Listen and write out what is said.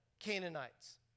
Canaanites